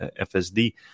FSD